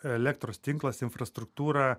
elektros tinklas infrastruktūra